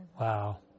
Wow